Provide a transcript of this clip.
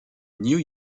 new